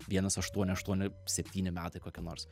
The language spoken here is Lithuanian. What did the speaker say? vienas aštuoni aštuoni septyni metai kokie nors